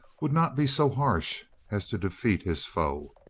would not be so harsh as to de feat his foe.